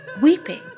weeping